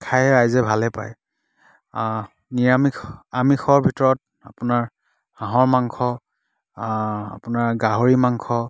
খাই ৰাইজে ভালেই পায় নিৰামিষ আমিষৰ ভিতৰত আপোনাৰ হাঁহৰ মাংস আপোনাৰ গাহৰি মাংস